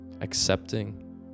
accepting